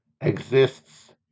exists